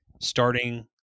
starting